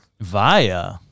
Via